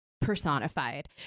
personified